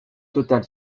totale